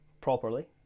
properly